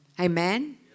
Amen